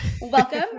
welcome